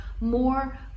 more